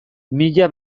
mila